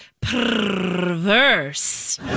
perverse